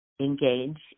engage